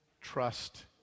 trust